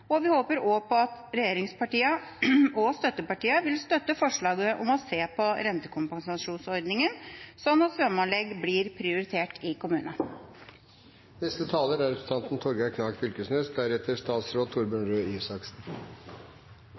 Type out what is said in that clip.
nådd. Vi håper også at regjeringspartiene og støttepartiene vil støtte forslaget om å se på rentekompensasjonsordninga, slik at svømmeanlegg blir prioritet i kommunene. Det er